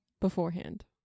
beforehand